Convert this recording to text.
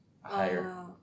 higher